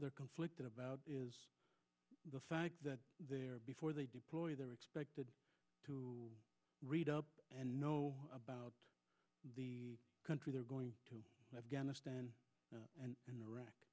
they're conflicted about is the fact that before they deploy they're expected to read up and know about the country they're going to afghanistan and in